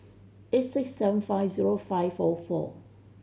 eight six seven five zero five four four